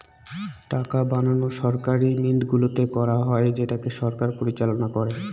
টাকা বানানো সরকারি মিন্টগুলোতে করা হয় যেটাকে সরকার পরিচালনা করে